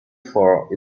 for